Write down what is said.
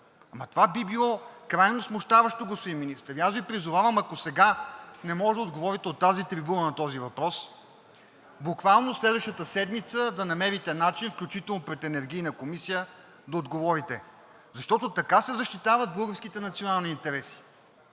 това би било крайно смущаващо, господин Министър! И аз Ви призовавам, ако сега не можете да отговорите от тази трибуна на този въпрос, буквално следващата седмица да намерите начин, включително пред Енергийната комисия, да отговорите. Защото така се защитават българските национални интереси.